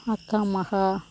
அக்கா மகள்